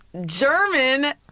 German